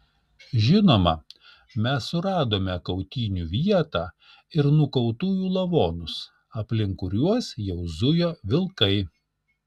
žinoma mes suradome kautynių vietą ir nukautųjų lavonus aplink kuriuos jau zujo vilkai